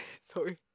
sorry